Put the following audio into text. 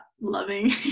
loving